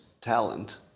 talent